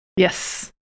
Yes